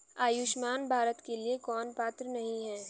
आयुष्मान भारत के लिए कौन पात्र नहीं है?